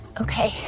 Okay